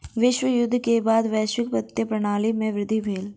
विश्व युद्ध के बाद वैश्विक वित्तीय प्रणाली में वृद्धि भेल